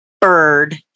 bird